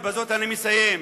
ובזה אני מסיים,